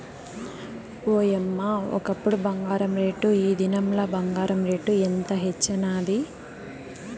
ఓయమ్మ, ఒకప్పుడు బంగారు రేటు, ఈ దినంల బంగారు రేటు ఎంత హెచ్చైనాది